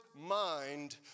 mind